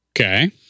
Okay